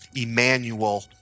Emmanuel